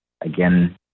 again